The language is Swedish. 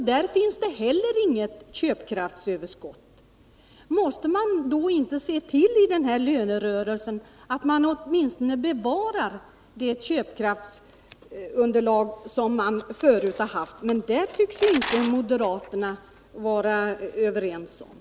Där finns det heller inget köpkraftsöverskott. Måste man då inte i den här lönerörelsen se till att man åtminstone bevarar det köpkraftsunderlag som man förut har haft? Men det tycks inte moderaterna vara överens med oss om.